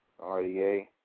RDA